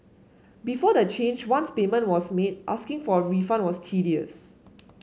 before the change once payment was made asking for a refund was tedious